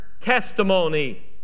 testimony